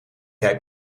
jij